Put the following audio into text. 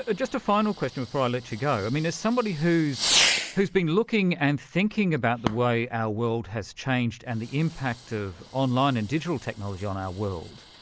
ah just a final question before i let you go, i mean as somebody who's who's been looking and thinking about the way our world has changed and the impact of online and digital technology on our world,